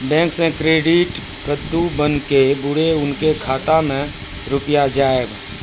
Bank से credit कद्दू बन के बुरे उनके खाता मे रुपिया जाएब?